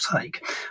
take